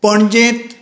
पणजेंत